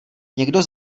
někdo